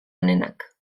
onenak